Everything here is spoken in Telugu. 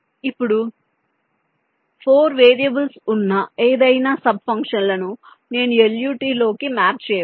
ఇప్పుడు 4 వేరియబుల్స్ ఉన్న ఏదైనా సబ్ ఫంక్షన్ల ను నేను LUT లోకి మ్యాప్ చేయవచ్చు